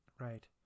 Right